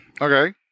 Okay